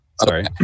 Sorry